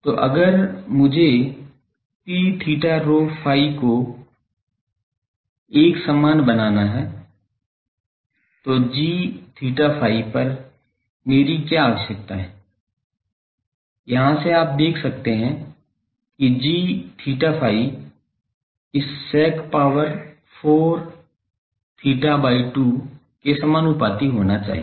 तो अगर मुझे P theta rho phi को एकसमान बनाना है तो g𝛳ϕ पर मेरी क्या आवश्यकता है यहाँ से आप देख सकते हैं कि g𝛳ϕ इस sec power 4 theta by 2 के समानुपाती होना चाहिए